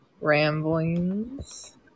Ramblings